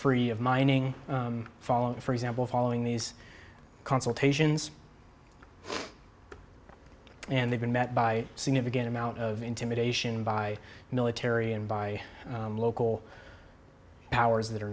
free of mining followed for example following these consultations and they've been met by significant amount of intimidation by military and by local powers that are